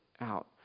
out